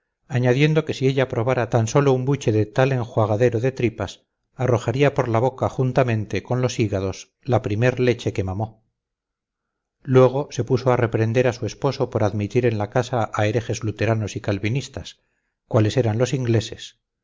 añadiendo que si ella probara tan sólo un buche de tal enjuagadero de tripas arrojaría por la boca juntamente con los hígados la primer leche que mamó luego se puso a reprender a su esposo por admitir en la casa a herejes luteranos y calvinistas cuales eran los ingleses